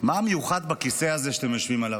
מה מיוחד בכיסא הזה שאתם יושבים עליו?